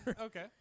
Okay